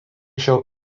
šiol